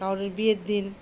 কারুর বিয়ের দিন